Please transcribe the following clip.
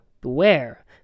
beware